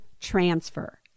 transfer